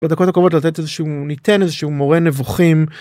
בדקות הקרובות לתת איזשהו... ניתן איזשהו מורה נבוכים,